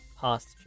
past